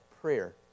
prayer